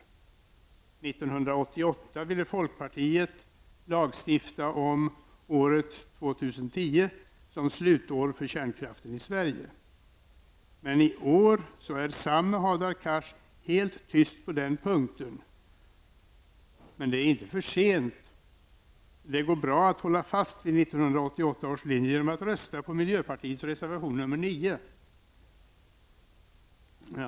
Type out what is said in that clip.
År 1988 ville folkpartiet lagstifta om året 2010 som slutår för kärnkraften i Sverige. I år är Hadar Cars helt tyst på den punkten. Men det är inte för sent. Det går bra att hålla fast vid 1988 års linje genom att rösta på miljöpartiets reservation nr 9.